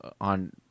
on